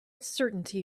certainty